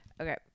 okay